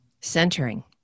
Centering